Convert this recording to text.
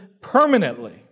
permanently